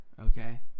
Okay